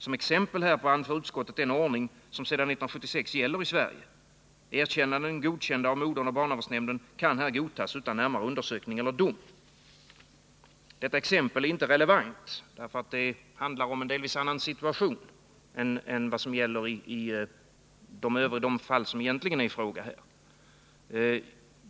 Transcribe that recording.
Som exempel härpå anför utskottet den ordning som sedan 1976 gäller i Sverige — erkännanden godkända av modern och barnavårdsnämnden kan här godtas utan närmare undersökning eller dom. Det exemplet är inte relevant. Det handlar om en delvis annan situation än vad som gäller i de fall som här egentligen är i fråga.